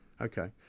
Okay